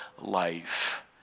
life